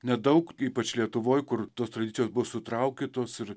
nedaug ypač lietuvoj kur tos tradicijos buvo sutraukytos ir